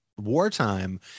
wartime